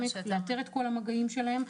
לאתר את כל המגעים שלהם.